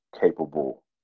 capable